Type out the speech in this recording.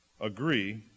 agree